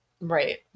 right